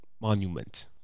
monument